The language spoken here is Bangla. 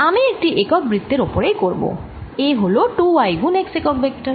আমি এটি একক বৃত্তের ওপরেই করব A হল 2 y গুণ x একক ভেক্টর